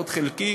לפחות חלקי.